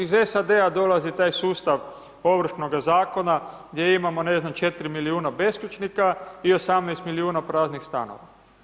Iz SAD-a dolazi taj sustav ovršnoga zakona gdje imamo ne znam 4 milijuna beskućnika i 18 milijuna praznih stanova.